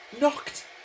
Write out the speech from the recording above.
knocked